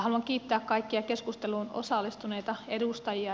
haluan kiittää kaikkia keskusteluun osallistuneita edustajia